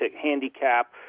handicap